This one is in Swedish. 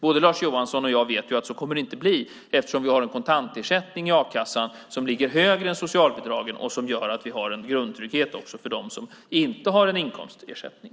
Både Lars Johansson och jag vet att det inte kommer att bli så eftersom vi har en kontantersättning i a-kassan som ligger högre än socialbidragen och som gör att vi har en grundtrygghet också för dem som inte har en inkomstersättning.